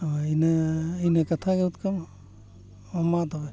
ᱦᱳᱭ ᱤᱱᱟᱹ ᱤᱱᱟᱹ ᱠᱟᱛᱷᱟ ᱜᱮ ᱦᱟᱹᱛᱠᱟᱹᱢ ᱢᱟ ᱛᱚᱵᱮ